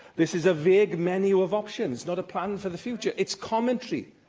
this is a vague menu of options, not a plan for the future it's commentary,